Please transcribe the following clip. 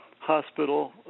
hospital